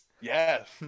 Yes